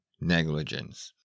negligence